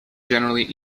generally